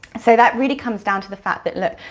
so that really comes down to the fact that look,